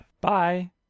Bye